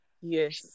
yes